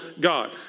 God